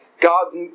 God's